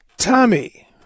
Tommy